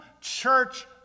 church